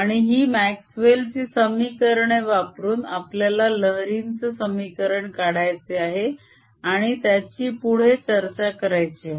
आणि ही म्याक्स्वेल ची समीकरणे वापरून आपल्याला लहरींचे समीकरण काढायचे आहे आणि त्याची पुढे चर्चा करायची आहे